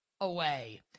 away